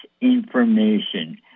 information